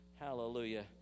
Hallelujah